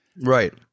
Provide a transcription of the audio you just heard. Right